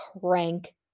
crank